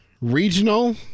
regional